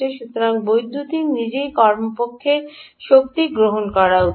সুতরাং বৈদ্যুতিন নিজেই কমপক্ষে শক্তি গ্রহণ করা উচিত